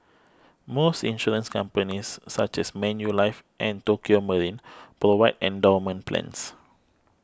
most insurance companies such as Manulife and Tokio Marine provide endowment plans